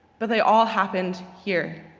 but they all happened here,